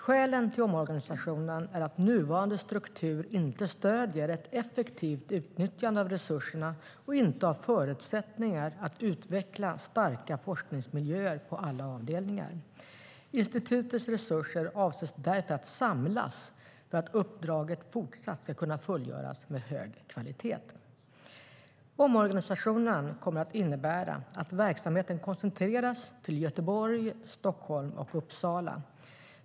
Skälen till omorganisationen är att nuvarande struktur inte stöder ett effektivt utnyttjande av resurserna och inte har förutsättningar att utveckla starka forskningsmiljöer på alla avdelningar. Institutets resurser avses därför att samlas för att uppdraget fortsatt ska kunna fullgöras med hög kvalitet. Omorganisationen kommer att innebära att verksamheten koncentreras till Göteborg, Stockholm och Uppsala.